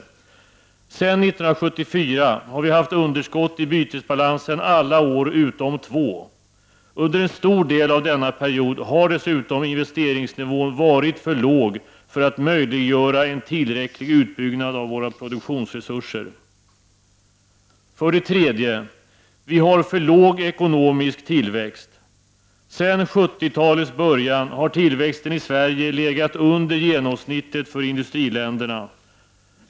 Sedan 1974 har vi haft underskott i bytesbalansen alla år utom två. Under en stor del av denna period har dessutom investeringsnivån varit för låg för att möjliggöra en tillräcklig utbyggnad av våra produktionsresurser. För det tredje: Vi har för låg ekonomisk tillväxt. Sedan 1970-talets början har tillväxten i Sverige legat under genomsnittet för industriländerna.